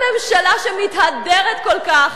זאת הממשלה שמתהדרת כל כך,